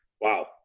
Wow